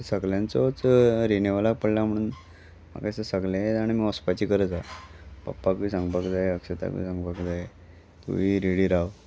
सगल्यांचोच रिनेवलाक पडला म्हणून म्हाका दिसता सगलें जाणी आमी वसपाची गरज आसा पप्पाकूय सांगपाक जाय अक्षताकूय सांगपाक जाय तुय रेडी राव